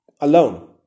alone